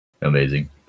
Amazing